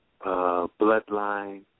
Bloodline